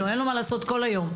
אין לו מה לעשות כל היום?